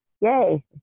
yay